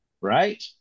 right